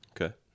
okay